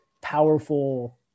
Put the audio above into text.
powerful